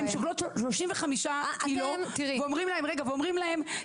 הן שוקלות 35 קילו ואומרים להן,